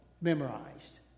memorized